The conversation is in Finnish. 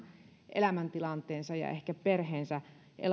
elämäntilanteestaan ja ehkä perheensä